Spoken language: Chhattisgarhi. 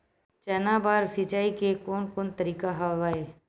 चना बर सिंचाई के कोन कोन तरीका हवय?